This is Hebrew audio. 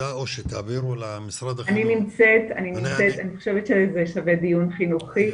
אני חושבת שזה שווה דיון חינוכי.